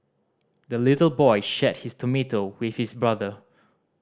the little boy shared his tomato with his brother